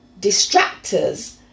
distractors